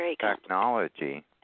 technology